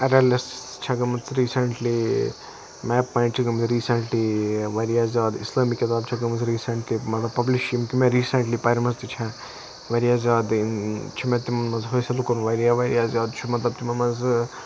چھِ گٔمٕژ ریٖسنٛٹلی چھِ گٔمٕژ ریٖسنٛٹلی واریاہ زیادٕ اِسلٲمی کِتاب چھِ گٔمٕژ ریٖسنٛٹلی مَطلَب پَبلِش یِم کہِ مےٚ ریٖسنٛٹلی پَرمَژٕ تہِ چھےٚ واریاہ زیادٕ تمو مَنٛز حٲصل کوٚر واریاہ واریاہ زیادٕ چھُ مَطلَب تِمو مَنٛزٕ